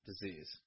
disease